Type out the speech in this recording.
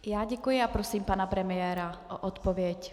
I já děkuji a prosím pana premiéra o odpověď.